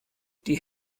die